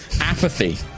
apathy